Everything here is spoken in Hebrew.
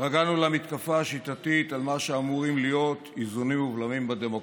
התרגלנו למתקפה השיטתית על מה שאמורים להיות איזונים ובלמים בדמוקרטיה: